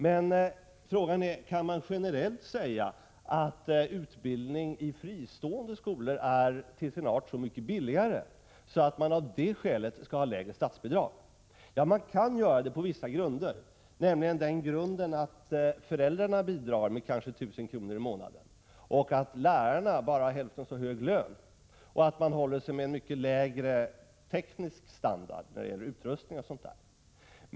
Men frågan är: Kan man generellt säga att utbildning i fristående skolor till sin art är så mycket billigare att man av det skälet skall ha lägre statsbidrag? Ja, man kan göra det på vissa grunder, nämligen att föräldrarna bidrar med kanske 1 000 kr. i månaden, att lärarna bara har hälften så hög lön som lärarna i det allmänna skolväsendet och att man håller sig med en mycket lägre teknisk standard när det gäller utrustning, osv.